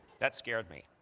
that scared me.